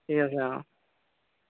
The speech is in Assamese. ঠিক আছে অ